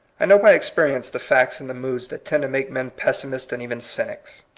i know by experience the facts and the moods that tend to make men pessi mists and even cynics.